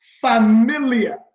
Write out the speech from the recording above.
familiar